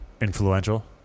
influential